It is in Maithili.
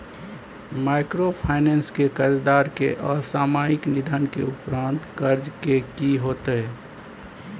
माइक्रोफाइनेंस के कर्जदार के असामयिक निधन के उपरांत कर्ज के की होतै?